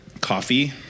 coffee